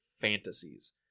fantasies